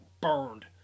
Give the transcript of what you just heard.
burned